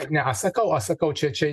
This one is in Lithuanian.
ne aš sakau aš sakau čia čia